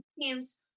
teams